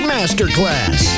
Masterclass